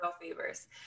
favors